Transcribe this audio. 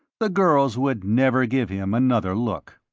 the girls would never give him another look.